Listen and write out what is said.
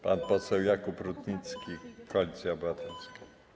Pan poseł Jakub Rutnicki, Koalicja Obywatelska.